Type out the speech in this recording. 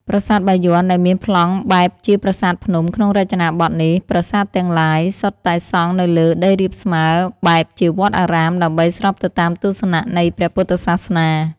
ប្រាសាទបាយ័ន ដែលមានប្លង់បែបជាប្រាសាទភ្នំ ក្នុងរចនាបថនេះ ប្រាសាទទាំងឡាយ សុទ្ធតែសង់នៅលើដីរាបស្មើបែបជាវត្តអារាម ដើម្បីស្របទៅតាមទស្សនៈ នៃព្រះពុទ្ធសាសនា ។